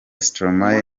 stromae